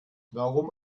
warum